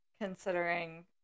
considering